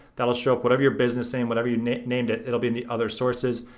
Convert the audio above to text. that'll show up. whatever your business name, whatever you named it, it'll be in the other sources,